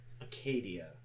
acadia